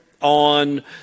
on